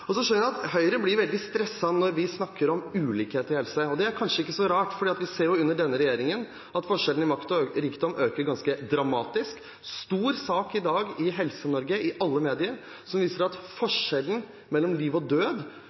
Så skjønner jeg at Høyre blir veldig stresset når vi snakker om ulikhet i helse. Det er kanskje ikke så rart, for vi ser at under denne regjeringen øker forskjellene i makt og rikdom dramatisk. En stor sak i dag i Helse-Norge i alle medier viser at forskjellene mellom liv og død